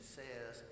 says